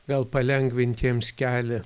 gal palengvint jiems kelią